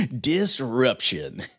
Disruption